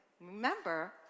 Remember